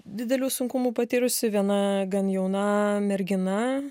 didelių sunkumų patyrusi viena gan jauna mergina